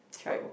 tribe